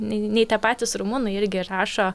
nei nei tie patys rumunai irgi rašo